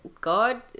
God